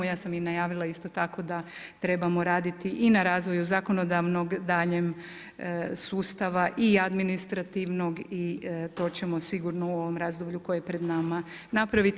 Ja sam i najavila isto tako da trebamo raditi i na razvoju zakonodavnog daljnjem sustava i administrativnog i to ćemo sigurno u ovom razdoblju koje je pred nama napraviti.